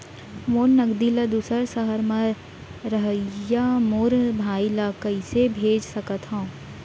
मोर नगदी ला दूसर सहर म रहइया मोर भाई ला कइसे भेज सकत हव?